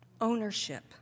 ownership